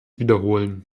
wiederholen